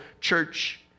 church